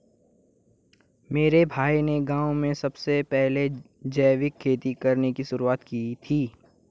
मेरे भाई ने गांव में सबसे पहले जैविक खेती करने की शुरुआत की थी